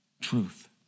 truth